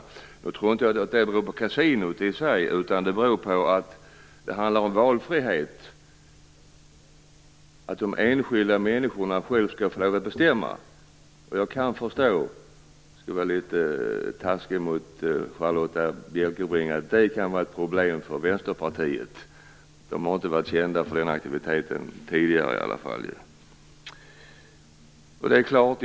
Jag tror i och för sig inte att det beror på kasinon, utan på att det handlar om valfrihet. De enskilda människorna skall själva få lov att bestämma. Jag skall vara litet taskig mot Charlotta Bjälkebring och säga att jag kan förstå att det kan vara ett problem för Vänsterpartiet. Det har inte varit kända för den aktiviteten tidigare, i alla fall.